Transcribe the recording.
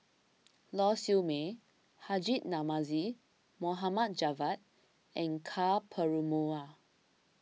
Lau Siew Mei Haji Namazie Mohamad Javad and Ka Perumal